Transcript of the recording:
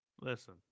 Listen